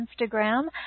instagram